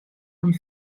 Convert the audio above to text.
und